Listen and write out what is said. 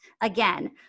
again